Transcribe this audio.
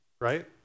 Right